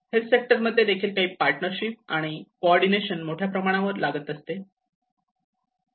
health sector मध्ये देखील partnership आणि को ऑर्डिनेशन मोठ्या प्रमाणावर लागत असते